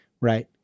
Right